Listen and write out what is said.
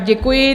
Děkuji.